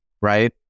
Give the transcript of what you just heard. right